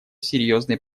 серьезной